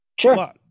Sure